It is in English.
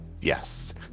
Yes